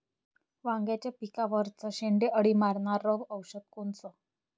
वांग्याच्या पिकावरचं शेंडे अळी मारनारं औषध कोनचं?